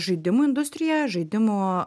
žaidimų industrija žaidimų